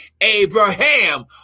Abraham